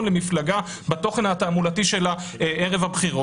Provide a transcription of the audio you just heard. למפלגה בתוכן התעמולתי שלה ערב הבחירות,